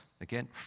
Again